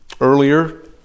earlier